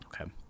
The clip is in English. Okay